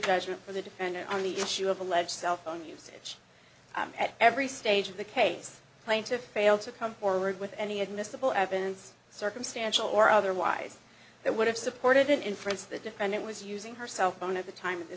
judgment for the defendant on the issue of alleged cell phone usage at every stage of the case plaintiffs fail to come forward with any admissible evidence circumstantial or otherwise that would have supported an inference the defendant was using her cell phone at the time